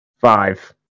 Five